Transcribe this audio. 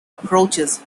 approaches